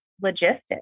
logistics